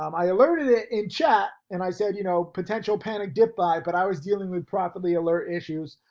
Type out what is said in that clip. um i alerted it in chat and i said, you know, potential panic dip buy, but i was dealing with profitably alert issues.